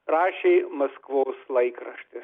rašė maskvos laikraštis